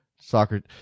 soccer